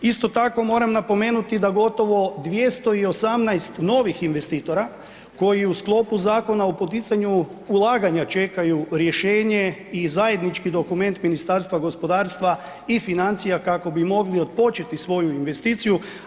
Isto tako moram napomenuti da gotovo 218 novih investitora koji u sklopu Zakona o poticanju ulaganja čekaju rješenje i zajednički dokument Ministarstva gospodarstva i financija kako bi mogli otpočeti svoju investiciju.